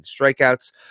strikeouts